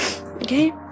Okay